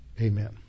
amen